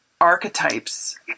archetypes